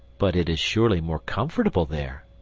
but it is surely more comfortable there?